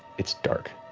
it's dark.